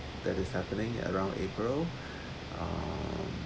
that is happening around april um